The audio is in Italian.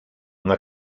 una